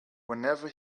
whenever